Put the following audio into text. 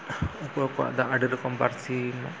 ᱚᱠᱚᱭ ᱠᱚᱣᱟᱜᱫᱚ ᱟᱹᱰᱤ ᱨᱚᱠᱚᱢ ᱯᱟᱹᱨᱥᱤ